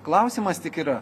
klausimas tik yra